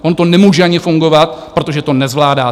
Ono to nemůže ani fungovat, protože to nezvládáte.